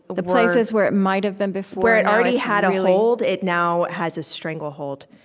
the places where it might have been before where it already had a hold, it now it has a stranglehold.